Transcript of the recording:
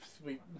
sweet